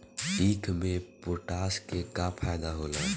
ईख मे पोटास के का फायदा होला?